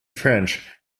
french